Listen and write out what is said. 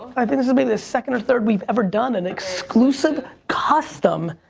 i've been, this will be the second or third we've ever done an exclusive custom.